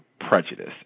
prejudice